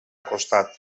costat